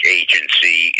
agency